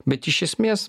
bet iš esmės